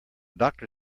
doctor